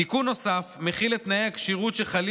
תיקון נוסף מכיל את תנאי הכשירות שחלים